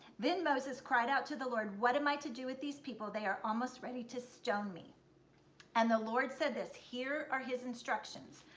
then moses cried out to the lord, what am i to do with these people? they are almost ready to stone me and the lord said this, here are his instructions,